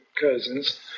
cousins